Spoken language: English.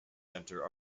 center